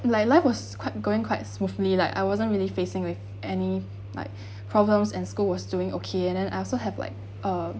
my life was quite going quite smoothly like I wasn't really facing with any like problems and school was doing okay and and then I also have like uh